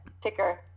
ticker